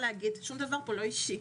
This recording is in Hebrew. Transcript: שום דבר פה לא אישי.